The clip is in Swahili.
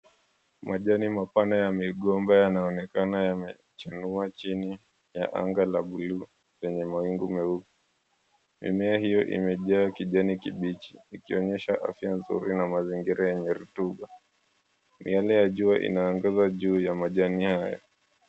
Majani mapana ya migomba yanaonekana yamechanua chini ya anga la buluu lenye mawingu meupe. Mimea hiyo imejaa kijani kibichi ikionyesha afya nzuri na mazingira yenye rotuba. Miyale ya jua inaangaza juu ya majani hayo.